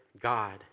God